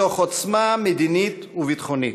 מתוך עוצמה מדינית וביטחונית.